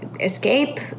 escape